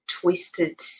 twisted